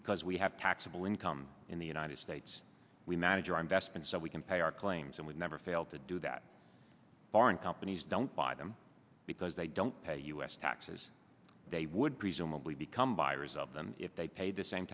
because we have taxable income in the united states we manage our investments so we can pay our claims and we never fail to do that foreign companies don't buy them because they don't pay us taxes they would presumably become buyers of them if they paid the same